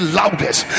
loudest